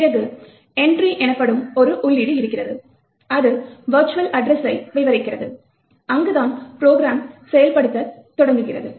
பிறகு என்ட்ரி எனப்படும் ஒரு உள்ளீடு இருக்கிறது அது விர்ச்சுவல் அட்ரஸை விவரிக்கிறது அங்கு தான் ப்ரோக்ராம் செயல்படுத்தத் தொடங்குகிறது